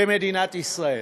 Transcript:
במדינת ישראל.